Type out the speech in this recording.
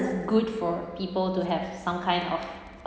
it's good for people to have some kind of